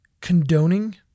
condoning